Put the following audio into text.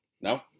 No